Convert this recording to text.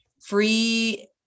free